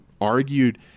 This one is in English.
argued